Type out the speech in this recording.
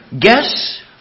Guess